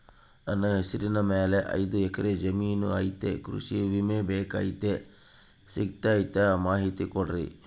ನನ್ನ ಹೆಸರ ಮ್ಯಾಲೆ ಐದು ಎಕರೆ ಜಮೇನು ಐತಿ ಕೃಷಿ ವಿಮೆ ಬೇಕಾಗೈತಿ ಸಿಗ್ತೈತಾ ಮಾಹಿತಿ ಕೊಡ್ರಿ?